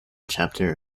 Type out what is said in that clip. chapter